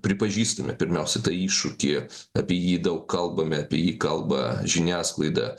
pripažįstame pirmiausia tą iššūkį apie jį daug kalbame apie jį kalba žiniasklaida